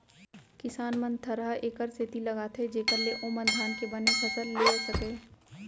किसान मन थरहा एकर सेती लगाथें जेकर ले ओमन धान के बने फसल लेय सकयँ